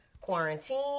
quarantine